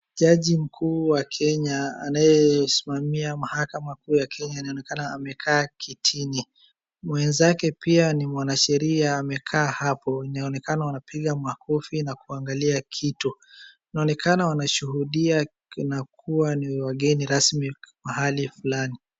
Jaji mkuu wa Kenya anayesimamia mahakama kuu ya Kenya anaonekana amekaa kitini. Mwenzake pia ni mwanasheria amekaa hapo, inaonaonekana wanapiga makofi na kuangalia kitu. Inaonekana wanashuhudia na kuwa ni wageni rasmi mahali fulani.